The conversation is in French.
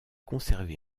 conservé